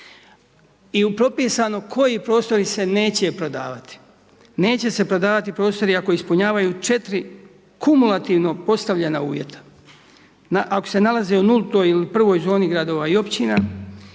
I propisano koji prostori se neće prodavati. Neće se prodavati prostori ako ispunjavaju 4 kumulativno postavljena uvjeta. Ako se nalaze u nultoj, u prvoj zoni gradova i općina,